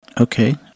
Okay